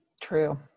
True